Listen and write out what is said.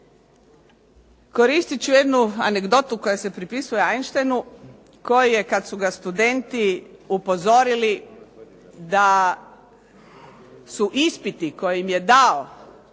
Koristit ću jednu anegdotu koja se pripisuje Einsteinu koji je, kad su ga studenti upozorili da su ispiti koje im je dao